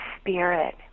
Spirit